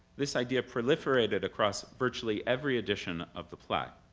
this idea proliferated across virtually every edition of the play.